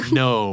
no